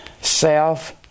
self